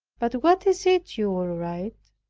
but what is it you will write?